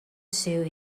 sue